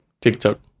TikTok